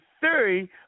theory